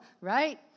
right